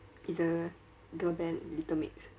it's a girl band little mix